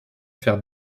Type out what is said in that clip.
faire